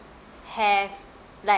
have like